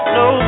no